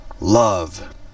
Love